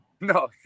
No